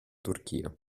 turchia